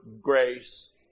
grace